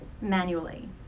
manually